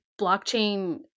blockchain